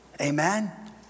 Amen